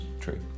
true